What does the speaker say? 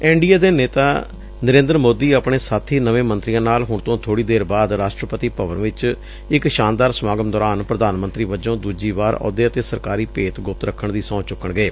N D A ਦੇ ਨੇਤਾ ਨਰੇਂਦਰ ਮੋਦੀ ਆਪਣੇ ਸਾਥੀ ਨਵੇਂ ਮੰਤਰੀਆਂ ਨਾਲ ਹੁਣ ਤੋਂ ਬੋੜੀ ਦੇਰ ਬਾਅਦ ਰਾਸਟਰਪਤੀ ਭਵਨ ਵਿਚ ਇਕ ਸ਼ਾਨਦਾਰ ਸਮਾਗਮ ਦੌਰਾਨ ਪ੍ਰਧਾਨ ਮੰਤਰੀ ਵਜੋਂ ਦੁਜੀ ਵਾਰ ਅਹੁਦੇ ਅਤੇ ਸਰਕਾਰੀ ਭੇਤ ਗੁਪਤ ਰੱਖਣ ਦੀ ਸਹੁੰ ਚੁਕਣਗੇ